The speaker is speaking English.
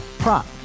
prop